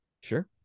Sure